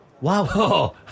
Wow